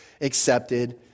accepted